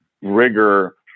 rigor